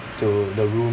to the room